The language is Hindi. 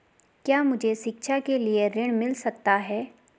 क्या मुझे शिक्षा के लिए ऋण मिल सकता है?